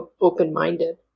open-minded